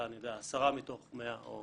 אלא 10 מתוך 100 או